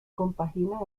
compagina